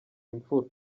imfura